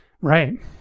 Right